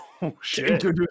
introduce